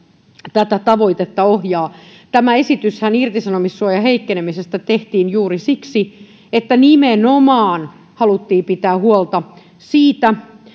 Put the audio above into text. tätä tavoitetta ohjaa tämä esityshän irtisanomissuojan heikkenemisestä tehtiin juuri siksi että nimenomaan haluttiin pitää huolta siitä